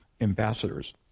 ambassadors